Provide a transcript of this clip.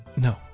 No